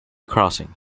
crossing